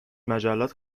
مجلات